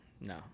No